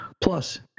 Plus